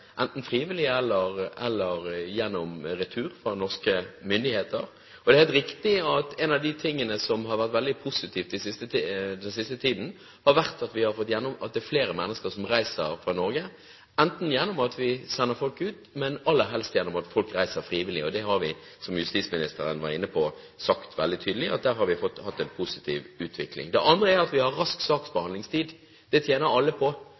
enten frivillig eller gjennom retur ved norske myndigheter. Det er helt riktig at en av de tingene som har vært veldig positivt den siste tiden, har vært at vi har fått igjennom at flere mennesker reiser fra Norge, enten ved at vi sender dem ut, eller – aller helst – ved at de reiser frivillig. Vi har – som justisministeren var inne på – sagt veldig tydelig at her har vi hatt en positiv utvikling. Det andre er at vi har rask saksbehandlingstid. Det tjener alle på.